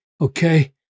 okay